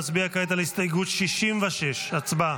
כעת נצביע על הסתייגות 66. הצבעה.